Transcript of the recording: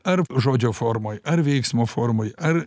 ar žodžio formoj ar veiksmo formoj ar